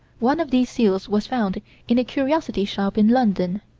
one of these seals was found in a curiosity shop in london.